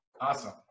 Awesome